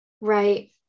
Right